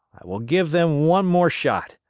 i will give them one more shot!